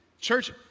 Church